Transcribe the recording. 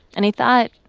and he thought,